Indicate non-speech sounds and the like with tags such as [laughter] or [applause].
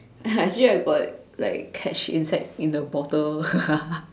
actually [laughs] I got like like catch insect in the bottle [laughs]